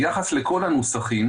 ביחס לכל הנוסחים,